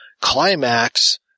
Climax